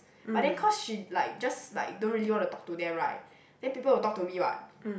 but then cause she like just like don't really wanna talk to them right then people will talk to me [what]